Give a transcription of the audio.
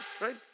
right